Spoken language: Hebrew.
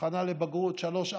הכנה לבגרות שלוש,